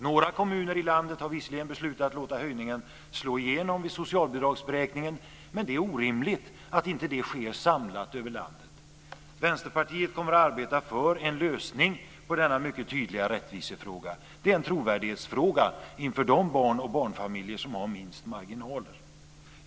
Några kommuner i landet har visserligen beslutat låta höjningen slå igenom vid socialbidragsberäkningen, men det är orimligt att inte det sker samlat över landet. Vänsterpartiet kommer att arbeta för en lösning på denna mycket tydliga rättvisefråga. Det är en fråga om trovärdighet inför de barn och barnfamiljer som har minst marginaler.